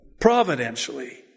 providentially